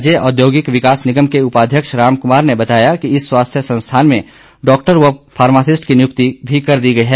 राज्य औद्योगिक विकास निगम के उपाध्यक्ष राम कुमार ने बताया कि इस स्वास्थ्य संस्थान में डाक्टर व फार्मसिस्ट की नियुक्ति भी कर दी है